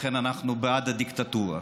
לכן אנחנו בעד הדיקטטורה.